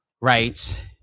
right